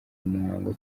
muhango